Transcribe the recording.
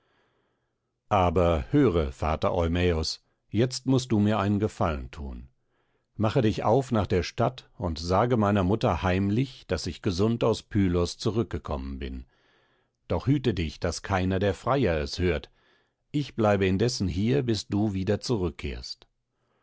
aber höre vater eumäos jetzt mußt du mir einen gefallen thun mache dich auf nach der stadt und sage meiner mutter heimlich daß ich gesund aus pylos zurückgekommen bin doch hüte dich daß keiner der freier es hört ich bleibe indessen hier bis du wieder zurückkehrst